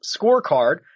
scorecard